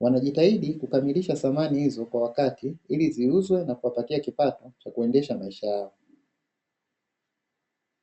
Wanajitahidi kukamilisha samani hizo kwa wakati ili ziuzwe na kuwapatia kipato cha kuendesha maisha yao.